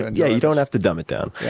and yeah you don't have to dumb it down.